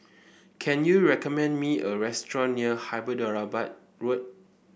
can you recommend me a restaurant near Hyderabad Road